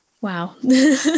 Wow